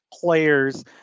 players